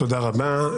תודה רבה.